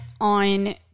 on